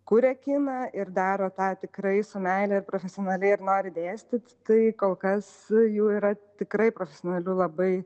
kuria kiną ir daro tą tikrai su meile ir profesionaliai ir nori dėstyt tai kol kas jų yra tikrai profesionalių labai